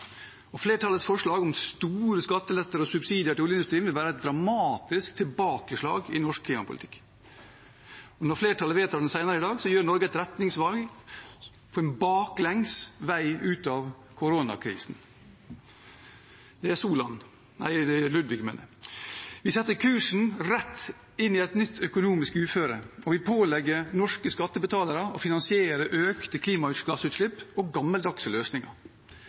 Flertallets forslag om store skattelettelser og subsidier til oljeindustrien vil være et dramatisk tilbakeslag i norsk klimapolitikk. Når flertallet vedtar dette senere i dag, gjør Norge et retningsvalg. Vi går baklengs ut av koronakrisen – som Ludvig. Vi setter kursen rett inn i et nytt økonomisk uføre, og vi pålegger norske skattebetalere å finansiere økte klimagassutslipp og gammeldagse løsninger.